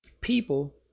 people